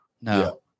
No